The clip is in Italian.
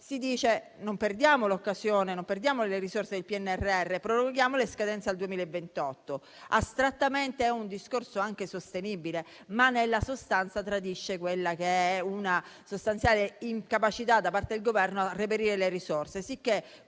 si dice: non perdiamo l'occasione, non perdiamo le risorse del PNRR, proroghiamo le scadenze al 2028. Astrattamente, è un discorso anche sostenibile, ma nella sostanza tradisce una sostanziale incapacità da parte del Governo a reperire le risorse, sicché